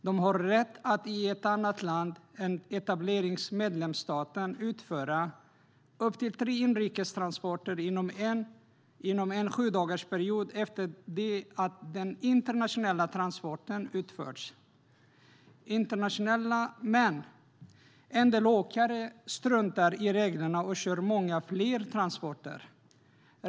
De har rätt att i ett annat land än etableringsmedlemsstaten utföra upp till tre inrikes transporter inom en sjudagarsperiod efter det att den internationella transporten utförts. En del åkare struntar dock i reglerna och kör många fler transporter.